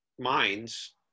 minds